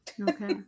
Okay